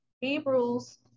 Hebrews